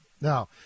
Now